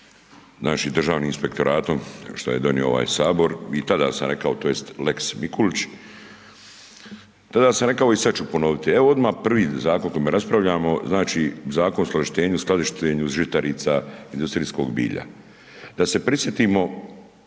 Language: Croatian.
našim Državnim inspektoratom, što je donio ovaj Sabor, i tada sam rekao to jest Lex Mikulić, tada sam rekao i sad ću ponovit. Evo odmah prvi Zakon o kojem raspravljamo, znači Zakon o uskladištenju, skladištenju žitarica i industrijskog bilja, da se prisjetimo